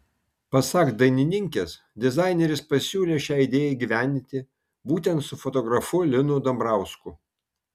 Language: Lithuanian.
pasak dainininkės dizaineris pasiūlė šią idėją įgyvendinti būtent su fotografu linu dambrausku